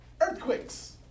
earthquakes